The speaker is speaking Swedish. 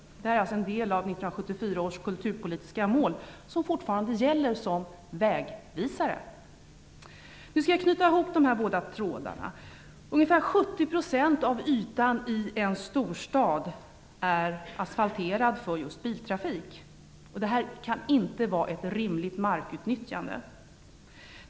Detta är en del av 1974 års kulturpolitiska mål, som fortfarande gäller som vägvisare. Nu skall jag knyta ihop dessa två trådar. Ungefär 70 % av ytan i en storstad är asfalterad för just biltrafik. Det kan inte vara ett rimligt markutnyttjande.